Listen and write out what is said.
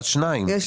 אז שניים.